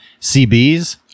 CBs